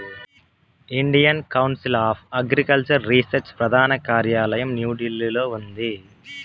Indian Council of Agricultural Research ప్రధాన కార్యాలయం న్యూఢిల్లీలో ఉంది